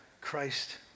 Christ